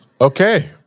Okay